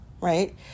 Right